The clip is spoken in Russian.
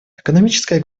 экономическая